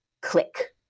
click